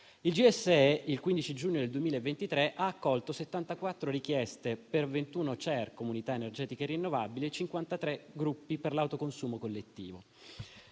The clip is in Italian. Il GSE il 15 giugno del 2023 ha accolto 74 richieste per 21 CER (Comunità energetiche rinnovabili) e 53 gruppi per l'autoconsumo collettivo.